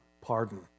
pardon